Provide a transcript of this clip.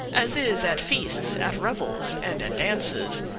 as is at feasts, at revels, and at dances,